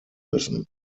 müssen